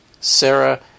Sarah